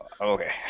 okay